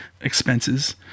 expenses